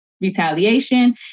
retaliation